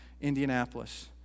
Indianapolis